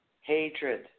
Hatred